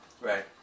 Right